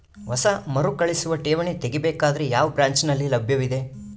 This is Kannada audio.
ಹೊಸ ಮರುಕಳಿಸುವ ಠೇವಣಿ ತೇಗಿ ಬೇಕಾದರ ಯಾವ ಬ್ರಾಂಚ್ ನಲ್ಲಿ ಲಭ್ಯವಿದೆ?